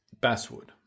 basswood